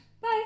Bye